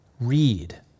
read